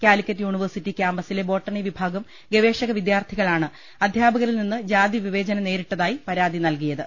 Calicut university കാമ്പസിലെ botany വിഭാഗം ഗവേഷക വിദ്യാർഥികളാണ് അധ്യാപകരിൽനിന്ന് ജാതിവിവേചനം നേരിട്ടതായി പരാതി നൽകിയത്